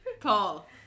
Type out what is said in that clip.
Paul